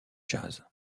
jazz